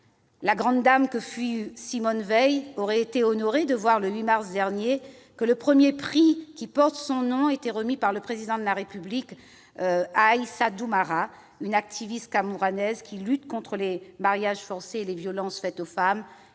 La grande dame que fut Simone Veil aurait été honorée de voir, le 8 mars dernier, que le premier prix qui porte son nom a été remis par le Président de la République à Aïssa Doumara, une activiste camerounaise qui lutte contre les mariages forcés et les violences faites aux femmes.